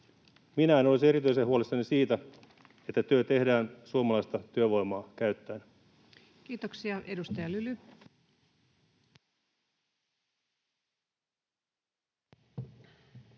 Minä en olisi erityisen huolissani siitä, että työ tehdään suomalaista työvoimaa käyttäen. [Speech 124]